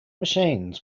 machines